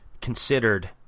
considered